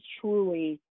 truly